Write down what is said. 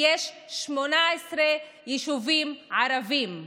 18 הם יישובים ערביים.